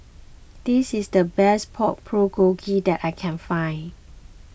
this is the best Pork Bulgogi that I can find